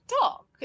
talk